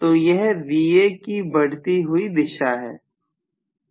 तो यह Va की बढ़ती हुई दिशा है